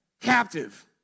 Captive